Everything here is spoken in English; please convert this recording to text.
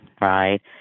right